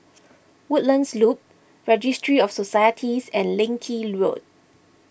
Woodlands Loop Registry of Societies and Leng Kee Road